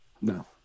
No